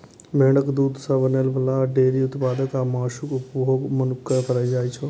भेड़क दूध सं बनै बला डेयरी उत्पाद आ मासुक उपभोग मनुक्ख करै छै